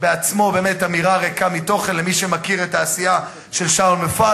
בעצמה באמת אמירה ריקה מתוכן למי שמכיר את העשייה של שאול מופז,